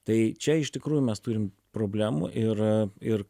tai čia iš tikrųjų mes turim problemų ir ir